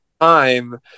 time